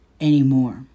anymore